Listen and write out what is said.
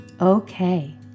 Okay